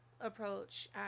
approach